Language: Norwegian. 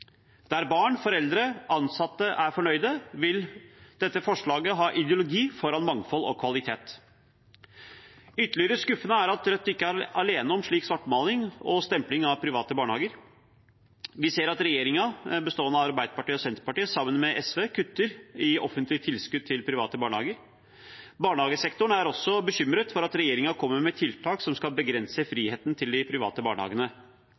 Der barn, foreldre og ansatte er fornøyd, vil dette forslaget ha ideologi foran mangfold og kvalitet. Ytterligere skuffende er det at Rødt ikke er alene om slik svartmaling og stempling av private barnehager. Vi ser at regjeringen, bestående av Arbeiderpartiet og Senterpartiet, sammen med SV, kutter i offentlige tilskudd til private barnehager. Barnehagesektoren er også bekymret for at regjeringen kommer med tiltak som skal begrense friheten til de private barnehagene.